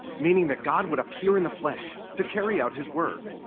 meaning that god would appear in the flesh to carry out his work.